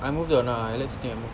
I move on ah I like to think I move on